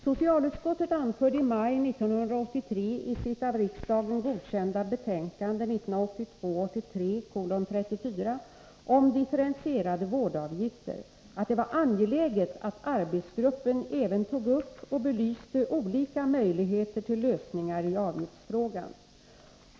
Socialutskottet anförde i maj 1983 sitt av riksdagen godkända betänkande 1982/83:34 om differentierade vårdavgifter, att det var angeläget att arbetsgruppen även tog upp och belyste olika möjligheter till lösningar i avgiftsfrågan.